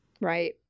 Right